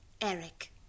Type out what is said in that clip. Eric